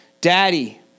Daddy